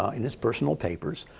ah in his personal papers,